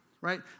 right